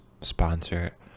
sponsor